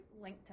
LinkedIn